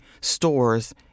stores